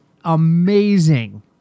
amazing